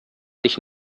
dich